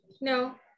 No